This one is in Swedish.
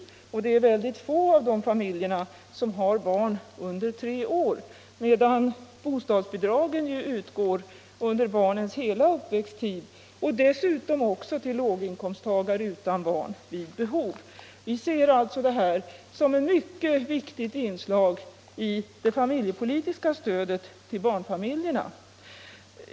Det är mycket få av dessa familjer som har barn under tre år. Bostadsbidragen utgår under barnens hela uppväxttid och dessutom vid behov till låginkomsttagare utan barn. Vi ser alltså detta som ett mycket viktigt inslag i det familjepolitiska stödet till barnfamiljerna.